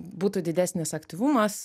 būtų didesnis aktyvumas